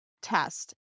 test